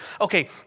Okay